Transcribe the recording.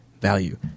value